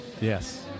Yes